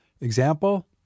Example